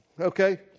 Okay